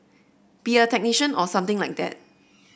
be a technician or something like that